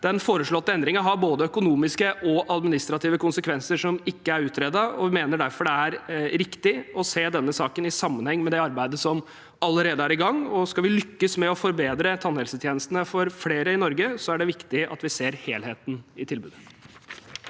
Den foreslåtte endringen har både økonomiske og administrative konsekvenser som ikke er utredet, og vi mener derfor det er riktig å se denne saken i sammenheng med det arbeidet som allerede er i gang. Skal vi lykkes med å forbedre tannhelsetjenestene for flere i Norge, er det viktig at vi ser helheten i tilbudet.